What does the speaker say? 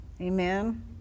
Amen